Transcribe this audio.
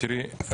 תראי,